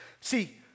See